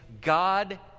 God